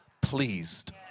pleased